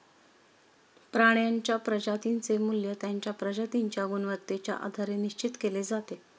प्राण्यांच्या प्रजातींचे मूल्य त्यांच्या प्रजातींच्या गुणवत्तेच्या आधारे निश्चित केले जाते